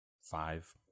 five